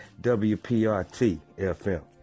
W-P-R-T-F-M